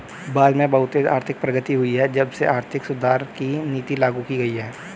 भारत में बहुत तेज आर्थिक प्रगति हुई है जब से आर्थिक सुधार की नीति लागू की गयी है